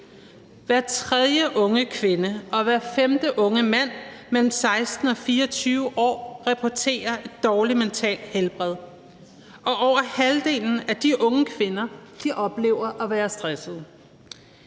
Hver tredje unge kvinde og hver femte unge mand mellem 16 og 24 år reporterer et dårligt mentalt helbred, og over halvdelen af de unge kvinder oplever at være stressede.